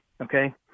okay